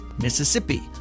Mississippi